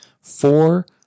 four